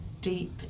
deep